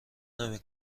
نمی